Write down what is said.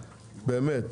ובאמת,